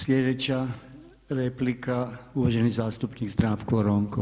Sljedeća replika uvaženi zastupnik Zdravko Ronko.